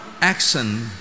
action